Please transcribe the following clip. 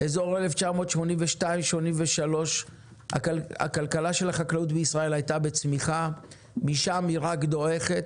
עד תחילת שנות ה-80 כלכלת החקלאות הייתה בצמיחה ומאז היא דועכת.